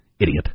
Idiot